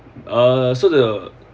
uh so the